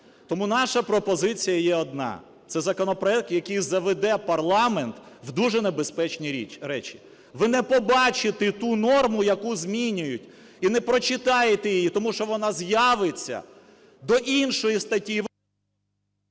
Тому наша пропозиція є одна: це законопроект, який заведе парламент в дуже небезпечні речі. Ви не побачите ту норму, яку змінюють і не прочитаєте її, тому що вона з'явиться до іншої статті